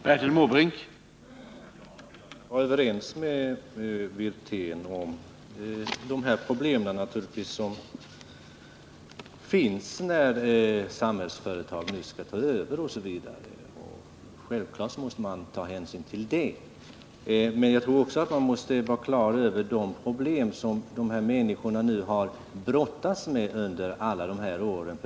Herr talman! Jag kan vara överens med Rolf Wirtén om att det finns problem när Samhällsföretag nu skall ta över. Självfallet måste vi ta hänsyn till dessa. Men jag tror man måste vara på det klara med också de problem som dessa människor brottats med under alla dessa år.